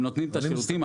הם נותנים את השירותים,